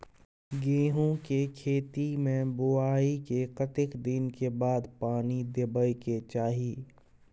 गेहूँ के खेती मे बुआई के कतेक दिन के बाद पानी देबै के चाही?